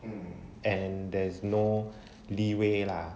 um and there's no leeway lah